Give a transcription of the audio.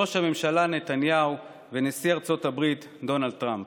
ראש הממשלה נתניהו ונשיא ארצות הברית דונלד טראמפ.